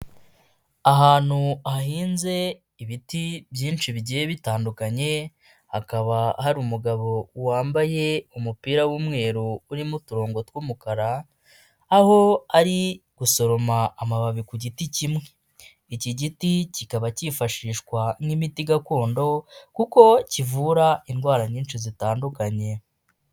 Ahantu hahinze ibiti byinshi bigiye bitandukanye, hakaba hari umugabo wambaye umupira w'umweru urimo uturongo tw'umukara aho ari gusoroma amababi ku giti kimwe, iki giti kikaba cyifashishwa nk'imiti gakondo kuko kivura indwara nyinshi zitandukanye.